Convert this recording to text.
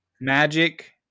Magic